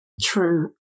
True